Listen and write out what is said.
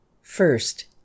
First